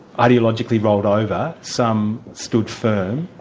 ideologically rolled over, some stood firm.